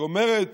שאומרת